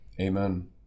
Amen